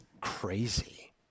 crazy